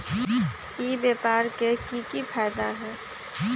ई व्यापार के की की फायदा है?